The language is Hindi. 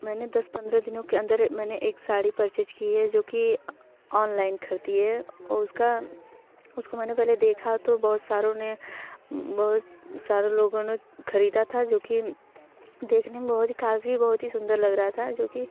मैंने दस पंद्रह दिनों के अंदर मैंने एक सड़ी परचेज की है जो कि ऑनलाइन ख़रीदी है उसका उसको मैंने पहले देखा तो बहुत सारों ने बहुत सारे लोगों ने ख़रीदा था जो कि देखने में बहुत ही काफ़ी बहुत ही सुन्दर लग रहा था जो कि